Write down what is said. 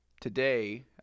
today